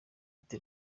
ati